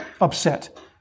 upset